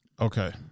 Okay